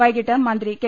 വൈകീട്ട് മന്ത്രി കെ